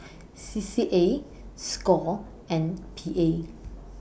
C C A SCORE and P A